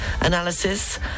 analysis